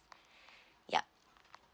yup